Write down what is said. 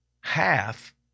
half